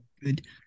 good